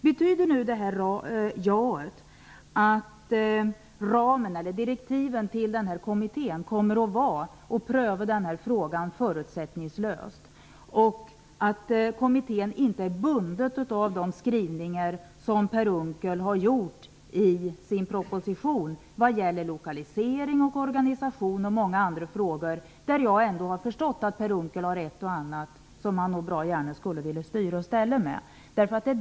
Betyder nu utbildningsministerns ja att direktiven till kommittén kommer att vara att frågan skall prövas förutsättningslöst och att kommittén inte är bunden av de skrivningar som Per Unckel har gjort i sin proposition vad gäller lokalisering, organisation och många andra frågor, där jag ändå har förstått att Per Unckel har ett och annat som han nog bra gärna skulle vilja styra och ställa med?